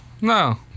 No